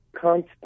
constant